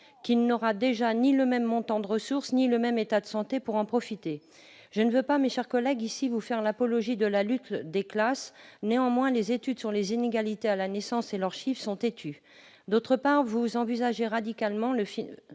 qu'il ne bénéficiera ni du même montant de ressources ni du même état de santé pour en profiter ? Je ne veux pas, mes chers collègues, faire ici l'apologie de la lutte des classes. Néanmoins, les études sur les inégalités à la naissance et les chiffres sont têtus. Par ailleurs, vous changez radicalement le mode